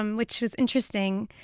um which is interesting.